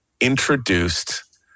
introduced